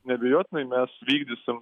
neabejotinai mes vykdysim